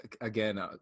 again